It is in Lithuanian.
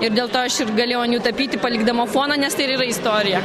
ir dėl to aš ir galėjau an jų tapyti palikdama foną nes tai istorija